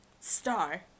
Star